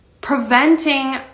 preventing